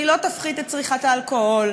והוא לא יפחית את צריכת האלכוהול.